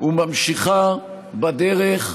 וממשיכה בדרך,